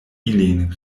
ilin